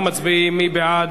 אנחנו מצביעים, מי בעד?